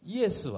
Yes